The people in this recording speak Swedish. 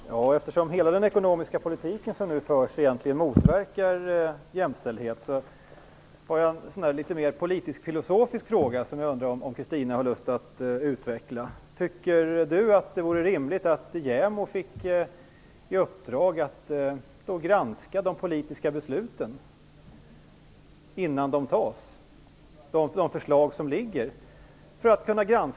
Fru talman! Eftersom hela den ekonomiska politiken som förs nu egentligen motverkar jämställdhet, vill jag ställa en mer politisk-filosofisk fråga. Tycker Kristina Zakrisson att det vore rimligt att JämO fick i uppdrag att ur jämställdhetssynpunkt granska de förslag till politiska beslut som läggs fram?